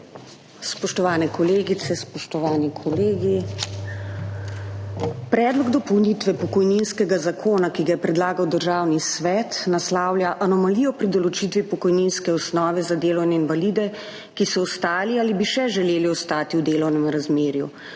Spoštovane kolegice, spoštovani kolegi! Predlog dopolnitve pokojninskega zakona, ki ga je predlagal Državni svet, naslavlja anomalijo pri določitvi pokojninske osnove za delovne invalide, ki so ostali ali bi še želeli ostati v delovnem razmerju.